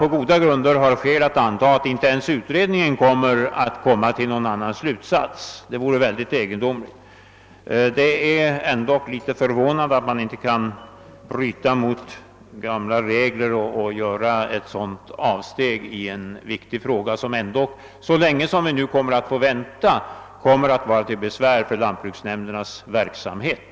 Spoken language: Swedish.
På goda grunder kan vi anta att inte ens utredningen kommer till en annan slutsats. Det är då litet förvånande att man inte kan göra ett avsteg från gamla vaneregler och undvika att i en så viktig fråga försvåra lantbruksnämndernas verksamhet under så lång tid framöver som nu kommer att bli fallet.